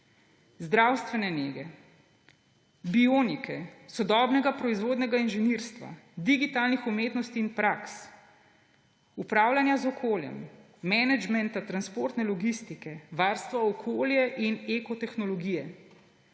zdravstvene nege, bionike, sodobnega proizvodnega inženirstva, digitalnih umetnosti in praks, upravljanja z okoljem, menedžmenta transportne logistike, varstva okolja in ekotehnologije,